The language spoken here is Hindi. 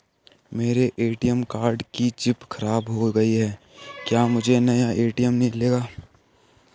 मेरे ए.टी.एम कार्ड की चिप खराब हो गयी है क्या मुझे नया ए.टी.एम मिलेगा?